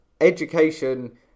education